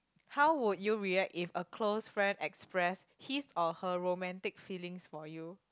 how would you react if a close friend express his or her romantic feelings for you